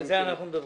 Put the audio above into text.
על זה אנחנו מדברים.